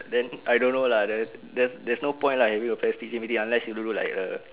then I don't know lah then there's there's no point lah having a parents teacher meeting unless you don't do like a